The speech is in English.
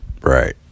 right